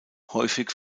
häufig